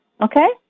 Okay